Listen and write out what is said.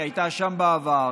היא הייתה שם בעבר.